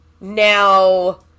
now